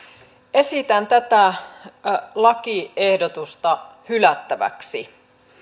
esitän tätä lakiehdotusta hylättäväksi